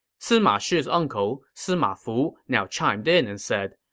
sima shi's uncles, sima fu, now chimed in and said,